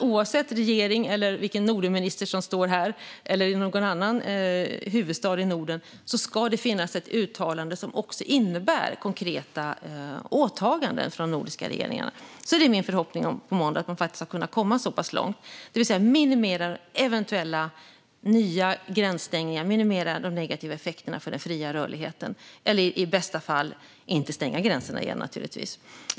Oavsett regering och oavsett vilken Nordenminister som står här eller i någon annan huvudstad i Norden ska det finnas ett uttalande som innebär konkreta åtaganden från de nordiska regeringarna. Det är min förhoppning att man på måndag ska kunna komma så pass långt att man minimerar eventuella nya gränsstängningar och de negativa effekterna för den fria rörligheten - eller naturligtvis i bästa fall inte stänger gränserna igen.